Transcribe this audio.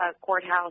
courthouse